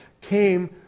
came